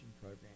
program